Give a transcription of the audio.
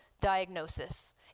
diagnosis